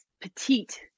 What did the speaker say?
petite